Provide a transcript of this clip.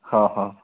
हा हा